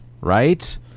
right